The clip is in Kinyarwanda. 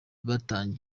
kugezwaho